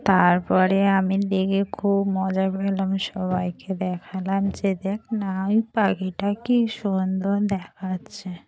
তার পরে আমি দেখে খুব মজা পেলাম সবাইকে দেখালাম যে দেখ না ওই পাখিটা কী সুন্দর দেখাচ্ছে